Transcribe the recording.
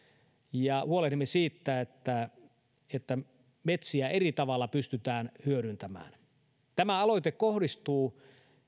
ja huolehdimme siitä että että metsiä eri tavalla pystytään hyödyntämään tämä aloite kohdistuu